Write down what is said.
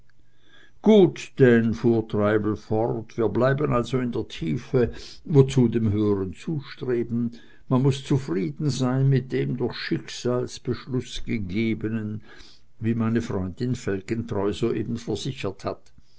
gut denn fuhr treibel fort wir bleiben also in der tiefe wozu dem höheren zustreben man muß zufrieden sein mit dem durch schicksalsbeschluß gegebenen wie meine freundin felgentreu soeben versichert hat